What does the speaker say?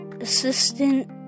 assistant